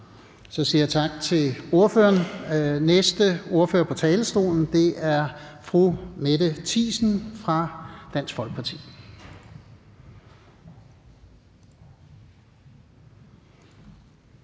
Så siger jeg tak til ordføreren. Den næste ordfører på talerstolen er fru Mette Thiesen fra Dansk Folkeparti.